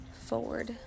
forward